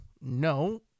no